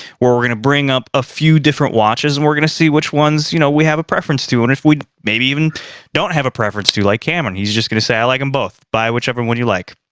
where we're gonna bring up a few different watches and we're gonna see which ones, you know, we have a preference to. and if we maybe even don't have a preference to, like cameron. he's just gonna say i like them and both! buy whichever one you like!